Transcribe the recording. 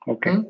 Okay